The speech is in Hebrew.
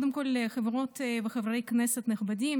חברות וחברי כנסת נכבדים,